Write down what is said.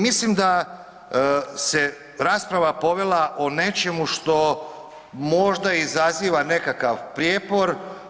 Mislim da se rasprava povela o nečemu što možda izaziva nekakav prijepor.